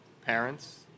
parents